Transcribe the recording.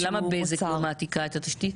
למה בזק לא מעתיקה את התשתית?